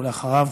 ואחריו,